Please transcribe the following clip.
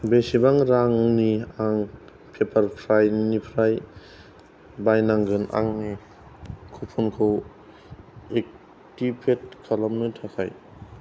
बेसेबां रांनि आं पेपारप्राइनिफ्राय बायनांगोन आंनि कुपनखौ एक्टिभेट खालामनो थाखाय